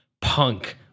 Punk